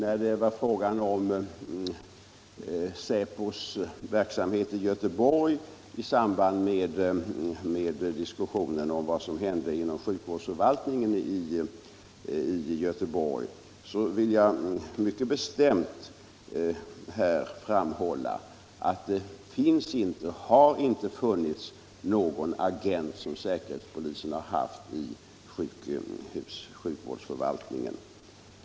I fråga om säpos verksamhet i Göteborg och diskussionen om vad som hände inom sjukvårdsförvaltningen där vill jag mycket bestämt framhålla att säkerhetspolisen har inte och har inte haft någon agent i sjukvårdsförvaltningen.